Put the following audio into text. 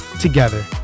together